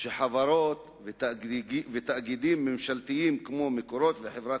שחברות ותאגידים ממשלתיים כמו "מקורות" וחברת